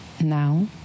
Now